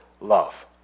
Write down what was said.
love